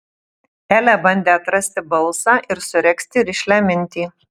elė bandė atrasti balsą ir suregzti rišlią mintį